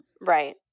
Right